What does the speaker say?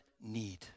need